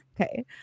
Okay